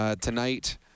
Tonight